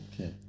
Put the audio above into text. Okay